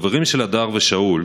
חברים של הדר ושאול,